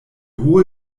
hohe